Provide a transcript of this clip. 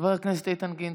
חבר הכנסת איתן גינזבורג.